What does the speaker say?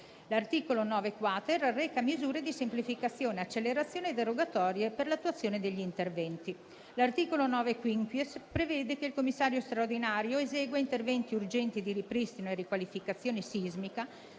L'articolo 9-*quater* reca misure di semplificazione e accelerazione derogatorie per l'attuazione degli interventi. L'articolo 9-*quinquies* prevede che il commissario straordinario esegua interventi urgenti di ripristino e riqualificazione sismica